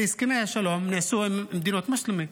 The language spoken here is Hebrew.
הרי הסכמי השלום נעשו עם מדינות מוסלמיות.